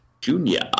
Junior